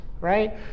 Right